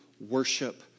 worship